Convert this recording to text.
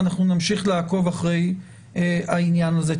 אנחנו נמשיך לעקוב אחרי העניין הזה.